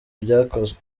ibyakozwe